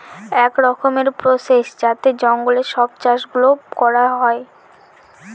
এক রকমের প্রসেস যাতে জঙ্গলে সব চাষ গুলো করা হয়